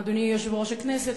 אדוני יושב-ראש הכנסת,